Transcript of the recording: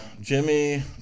Jimmy